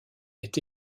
est